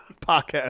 podcast